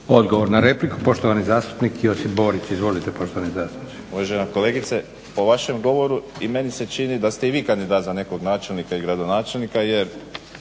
Odgovor na repliku, poštovani zastupnik Josip Borić. Izvolite poštovani zastupniče. **Borić, Josip (HDZ)** Uvažena kolegice po vašem govoru i meni se čini da ste i vi kandidat za nekog načelnika i gradonačelnika jer